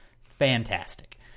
fantastic